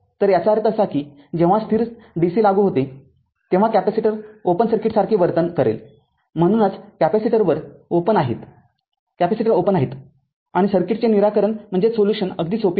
तर याचा अर्थ असा आहे कीजेव्हा स्थिर डीसी लागू होते तेव्हा कॅपेसिटर ओपन सर्किटसारखे वर्तन करेल म्हणूनच कॅपेसिटर ओपन आहेत आणि सर्किटचे निराकरण अगदी सोपे आहे